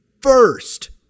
first